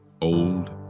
old